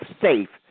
safe